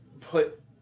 put